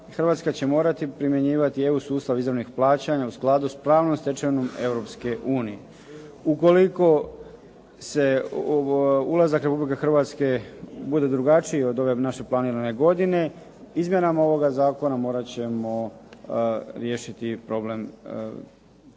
Hrvatska će morati primjenjivati EU sustav izravnih plaćanja u skladu sa pravnom stečevinom Europske unije. Ukoliko se ulazak Republike Hrvatske bude drugačiji od ove naše planirane godine izmjenama ovoga zakona morati ćemo riješiti problem eventualne